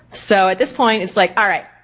so at this point, it's like alright,